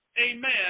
Amen